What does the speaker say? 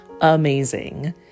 amazing